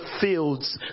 fields